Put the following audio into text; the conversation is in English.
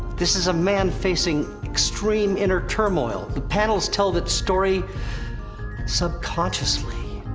this is a man facing extreme inner turmoil. the panels tell that story subconsciously.